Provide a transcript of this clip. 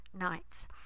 nights